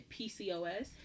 PCOS